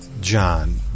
John